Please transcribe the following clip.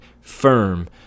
firm